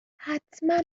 حتما